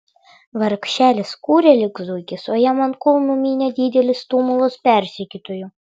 vargšelis kūrė lyg zuikis o jam ant kulnų mynė didelis tumulas persekiotojų